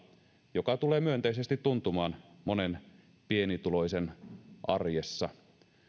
joka tulee myönteisesti tuntumaan monen pienituloisen arjessa